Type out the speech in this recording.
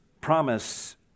promise